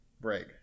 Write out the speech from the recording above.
Break